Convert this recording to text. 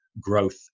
growth